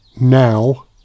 Now